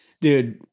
Dude